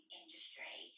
industry